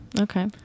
Okay